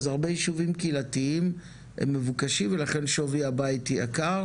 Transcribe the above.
הרבה ישובים קהילתיים מבוקשים ולכן שווי הבית יקר